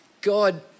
God